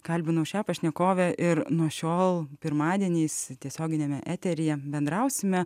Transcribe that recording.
kalbinau šią pašnekovę ir nuo šiol pirmadieniais tiesioginiame eteryje bendrausime